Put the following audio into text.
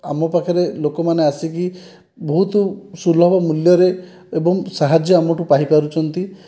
ଆମ ପାଖରେ ଲୋକମାନେ ଆସିକି ବହୁତ ସୁଲଭ ମୂଲ୍ୟରେ ଏବଂ ସାହାଯ୍ୟ ଆମଠାରୁ ପାଇପାରୁଛନ୍ତି